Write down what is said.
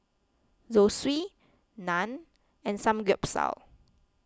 Zosui Naan and Samgyeopsal